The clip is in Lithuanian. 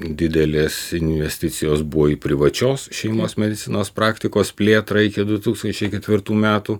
didelės investicijos buvo į privačios šeimos medicinos praktikos plėtrai iki du tūkstančiai ketvirtų metų